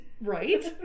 Right